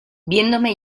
viéndome